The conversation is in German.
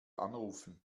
anrufen